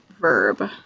verb